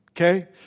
okay